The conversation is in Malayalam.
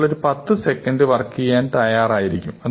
നമ്മൾ ഒരു പത്ത് സെക്കൻഡ് വർക്ക് ചെയ്യാൻ തയ്യാറായിരിക്കും